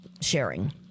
sharing